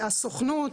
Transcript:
הסוכנות,